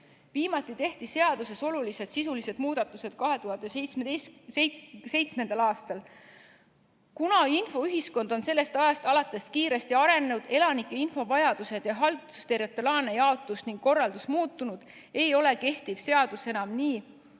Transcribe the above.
Viimati tehti seaduses olulised sisulised muudatused 2007. aastal. Kuna infoühiskond on sellest ajast alates kiiresti arenenud, elanike infovajadus ja haldusterritoriaalne jaotus ning korraldus muutunud, ei ole kehtiv seadus enam